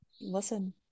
listen